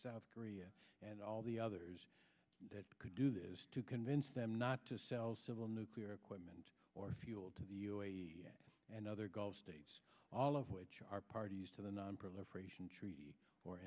south korea and all the others that could do this to convince them not to sell civil nuclear equipment or fuel to the and other gulf states all of which are parties to the nonproliferation treaty or